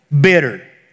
Bitter